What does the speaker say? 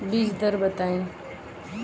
बीज दर बताई?